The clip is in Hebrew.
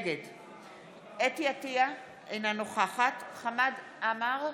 נגד חוה אתי עטייה, אינה נוכחת חמד עמאר,